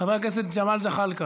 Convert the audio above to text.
חבר הכנסת ג'מאל זחאלקה,